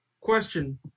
Question